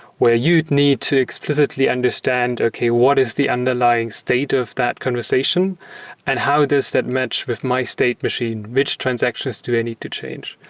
where you'd need to explicitly understand, okay, what is the underlying state of that conversation and how does that match with my state machine? which transactions do i need to change?